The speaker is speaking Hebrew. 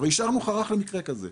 אבל השארנו חרך למקרה כזה,